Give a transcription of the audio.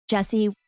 Jesse